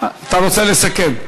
אתה רוצה לסכם?